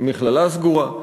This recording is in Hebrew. מכללה סגורה.